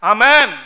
Amen